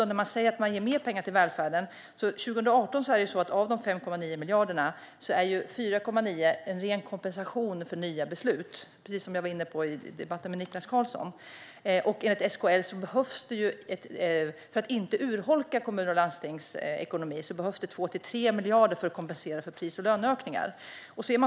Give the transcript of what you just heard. När man säger att man ger mer pengar till välfärden är det dessutom så att 2018 är 4,9 av de 5,9 miljarderna en ren kompensation för nya beslut, precis som jag var inne på i debatten med Niklas Karlsson. Enligt SKL behövs det för att inte urholka kommunernas och landstingens ekonomi 2-3 miljarder för att kompensera för pris och löneökningar.